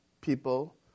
people